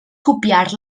copiar